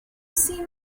seen